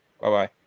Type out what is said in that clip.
Bye-bye